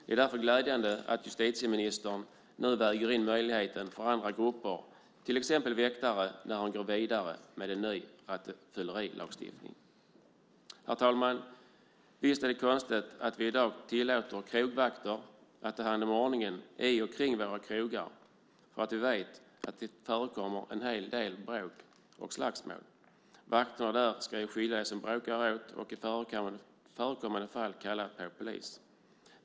Det är därför glädjande att justitieministern nu väger in möjligheten för andra grupper, till exempel väktare, när hon går vidare med en ny rattfyllerilagstiftning. Herr talman! Visst är det konstigt att vi i dag tillåter krogvakter att ta hand om ordningen i och kring våra krogar, där vi vet att det förekommer en hel del bråk och slagsmål. Vakterna där ska ju skilja dem som bråkar åt och i förekommande fall kalla på polis.